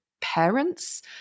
parents